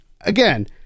again